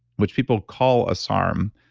which people call a sarm,